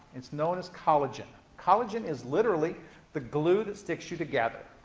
it's known as collagen. collagen is literally the glue that sticks you together.